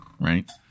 right